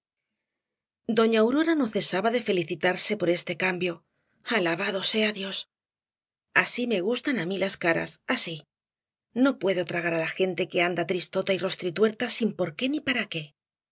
doña aurora no cesaba de felicitarse por este cambio alabado sea dios así me gustan á mí las caras así no puedo tragar á la gente que anda tristota y rostrituerta sin por qué ni para qué